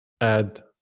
add